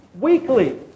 weekly